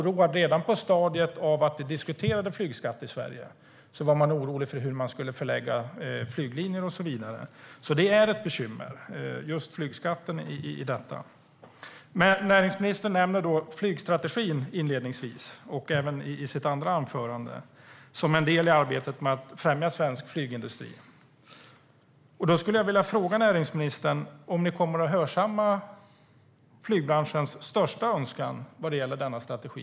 Redan på stadiet att det diskuterades en flygskatt i Sverige var man orolig för hur man skulle förlägga flyglinjer och så vidare. Flygskatten är ett bekymmer i detta. Näringsministern nämner inledningsvis och även i sitt andra anförande flygstrategin som en del i arbetet med att främja svensk flygindustri. Jag skulle vilja fråga näringsministern om ni kommer att hörsamma flygbranschens största önskan vad gäller denna strategi.